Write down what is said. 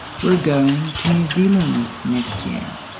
we're going to new zealand next year.